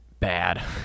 bad